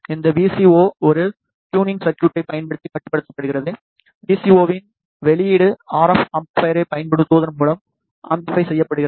இந்த V C O ஒரு tuning சர்க்யூட்டைப் பயன்படுத்தி கட்டுப்படுத்தப்படுகிறது வி சி ஓ இன் வெளியீடு ஆர் எப் அம்பிளிபைரைப் பயன்படுத்துவதன் மூலம் அம்பிளிபை செய்யப்படுகிறது